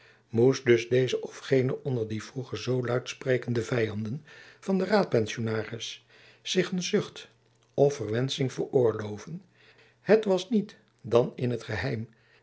moest dus deze of gene onder die vroeger zoo luidsprekende vyanden van den raadpensionaris zich een zucht of verwensching veroorlooven het was niet dan in t geheim